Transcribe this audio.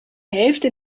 hälfte